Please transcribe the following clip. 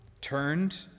turned